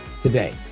today